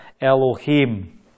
Elohim